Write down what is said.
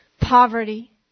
poverty